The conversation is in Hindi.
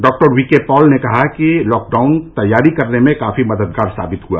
डॉक्टर वी के पॉल ने कहा कि लॉकडाउन तैयारी करने में काफी मददगार साबित हुआ